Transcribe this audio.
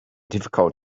difficult